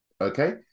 okay